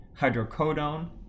hydrocodone